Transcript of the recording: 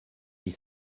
huit